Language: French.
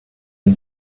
une